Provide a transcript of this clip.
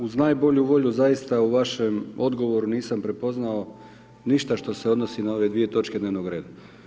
Uz najbolju volju zaista u vašem odgovoru nisam prepoznao ništa što se odnosi na ove dvije točke dnevnog reda.